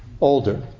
older